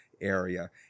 area